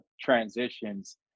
transitions